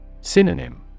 Synonym